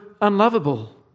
unlovable